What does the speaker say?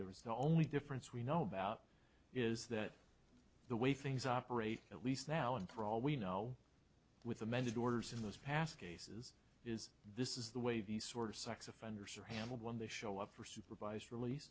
pollsters there was the only difference we know about is that the way things operate at least now and for all we know with amended orders in those past cases is this is the way these sort of sex offenders are handled when they show up for supervised release